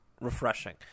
refreshing